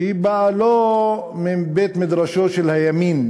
שהיא באה לא מבית-מדרשו של הימין